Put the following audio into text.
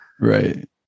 Right